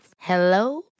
hello